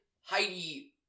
Heidi